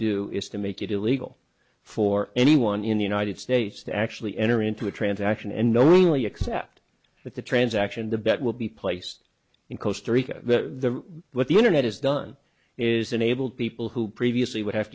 do is to make it illegal for anyone in the united states to actually enter into a transaction and knowingly accept that the transaction the bet will be placed in costa rica the what the internet is done is unable to people who previously would have